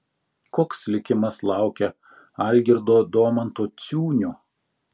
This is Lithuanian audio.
koks likimas laukia algirdo domanto ciūnio